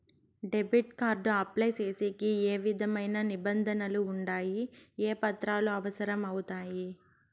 Debit card apply సేసేకి ఏ విధమైన నిబంధనలు ఉండాయి? ఏ పత్రాలు అవసరం అవుతాయి?